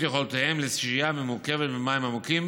יכולותיהם לשהייה ממושכת במים עמוקים.